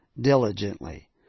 diligently